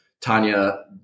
Tanya